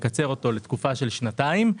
לתקופה של שנתיים.